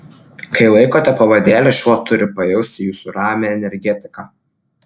kai laikote pavadėlį šuo turi pajausti jūsų ramią energetiką